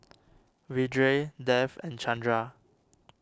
Vedre Dev and Chandra